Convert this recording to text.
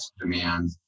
demand